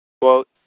Quote